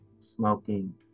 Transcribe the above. smoking